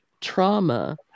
trauma